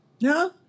No